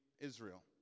Israel